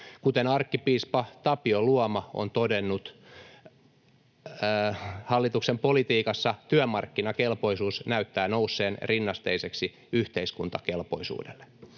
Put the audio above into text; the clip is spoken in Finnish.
Kuten arkkipiispa Tapio Luoma on todennut, hallituksen politiikassa ”työmarkkinakelpoisuus näyttää nousseen rinnasteiseksi yhteiskuntakelpoisuudelle”.